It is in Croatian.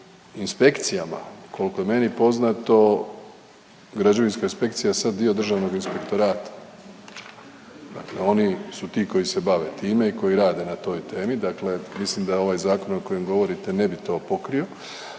inspekcijama koliko je meni poznato Građevinska inspekcija je sad dio Državnog inspektorata. Oni su ti koji se bave time i koji rade na toj temi. Dakle, mislim da ovaj zakon o kojem govorite ne bi to pokrio.